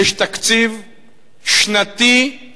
יש תקציב שנתי של